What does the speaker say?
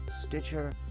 Stitcher